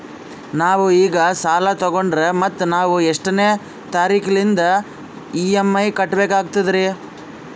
ನಾವು ಈಗ ಸಾಲ ತೊಗೊಂಡ್ರ ಮತ್ತ ನಾವು ಎಷ್ಟನೆ ತಾರೀಖಿಲಿಂದ ಇ.ಎಂ.ಐ ಕಟ್ಬಕಾಗ್ತದ್ರೀ?